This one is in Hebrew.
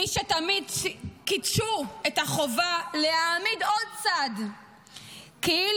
מי שתמיד קידשו את החובה להעמיד עוד צד כאילו